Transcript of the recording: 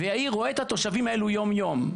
ויאיר רואה את התושבים האלו יום-יום.